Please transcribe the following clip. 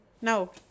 No